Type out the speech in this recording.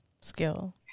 skill